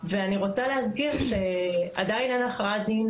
ואני רוצה להזכיר שעדיין אין הכרעת דין